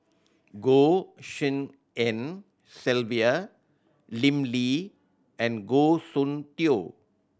Goh Tshin En Sylvia Lim Lee and Goh Soon Tioe